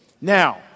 Now